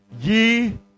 ye